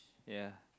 ya